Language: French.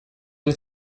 une